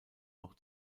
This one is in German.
noch